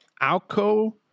Alco